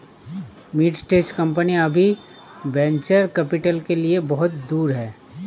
mid stage कंपनियां अभी venture capital के लिए बहुत दूर हैं